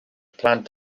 plant